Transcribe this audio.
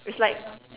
it's like